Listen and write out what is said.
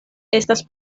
estas